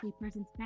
Person's